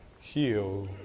Heal